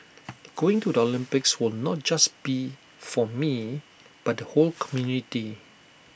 going to the Olympics will not just be for me but the whole community